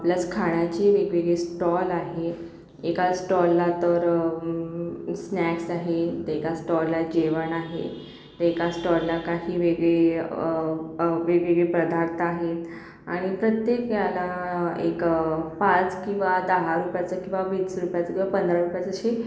plus खाण्याची वेगवेगळी stall आहेत एका स्टॉलला तर स्नॅक्स आहे तर एका स्टॉलला जेवण आहे एका स्टॉलला काही वेगळी वेगवेगळे पदार्थ आहेत आणि प्रत्येक याला एक पाच किंवा दहा रुपयाचं किंवा वीस रुपयाचं किंवा पंधरा रुपयाचं अशी